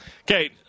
Okay